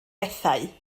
bethau